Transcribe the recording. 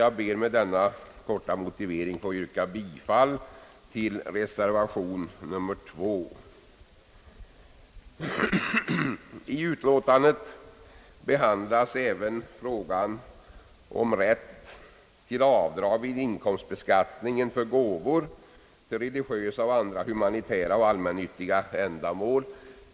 Jag ber med denna korta motivering att få yrka bifall till reservation II. I detta betänkande behandlas även frågan om rätt till avdrag vid inkomstbeskattningen för gåvor till religiösa, humanitära och allmännyttiga ändamål.